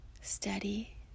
steady